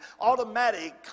automatic